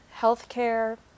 healthcare